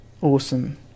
Awesome